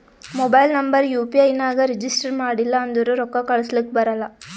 mobile number U P ಐ ನಾಗ್ register ಮಾಡಿಲ್ಲ ಅಂದುರ್ ರೊಕ್ಕಾ ಕಳುಸ್ಲಕ ಬರಲ್ಲ